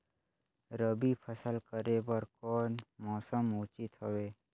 रबी फसल करे बर कोन मौसम उचित हवे?